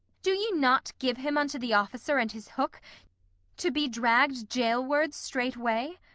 do ye not give him unto the officer and his hook to be dragged gaolwards straightway?